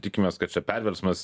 tikimės kad čia perversmas